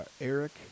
Eric